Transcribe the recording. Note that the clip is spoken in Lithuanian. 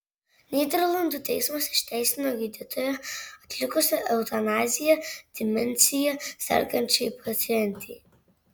nyderlandų teismas išteisino gydytoją atlikusį eutanaziją demencija sergančiai pacientei